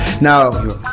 Now